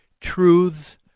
truths